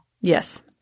Yes